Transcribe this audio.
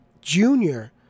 Junior